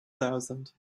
thousand